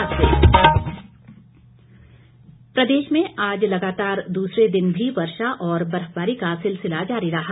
मौसम प्रदेश में आज लगातार दूसरे दिन भी वर्षा और बर्फबारी का सिलसिला जारी रहा